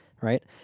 right